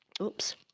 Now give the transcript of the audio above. Oops